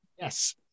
Yes